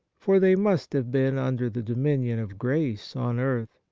for they must have been under the dominion of grace on earth.